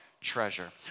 treasure